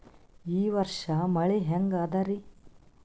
ಈ ವರ್ಷ ಮಳಿ ಹೆಂಗ ಅದಾರಿ?